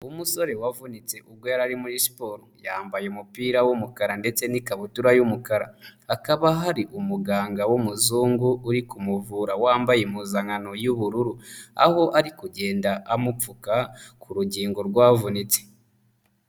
Umusore wavunitse ubwo yari ari muri siporo yambaye umupira w'umukara ndetse n'ikabutura y'umukara, hakaba hari umuganga w'umuzungu uri kumuvura wambaye impuzankano y'ubururu, aho ari kugenda amupfuka ku rugingo rwavunitse.